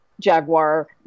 jaguar